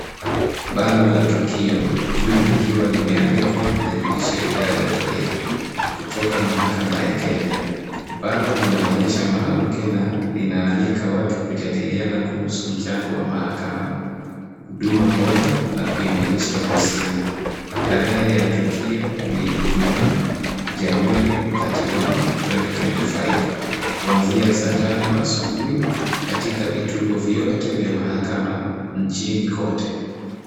Bango la tukio, juu likiwa limeandikwa, 'The Judiciary Dialogue Day' kutoka mahakama ya Kenya. Bango lina onyesha mwanamke na kunaalika watu kujadiliana na mchango wa mahakama, huduma bora na kuimarisha ushirikiano. Tarehe ya tukio ni Ijumaa, Januari 31 2025, kuanzia saa tano asubuhi, katika vituo vyote vya mahakama nchini kote.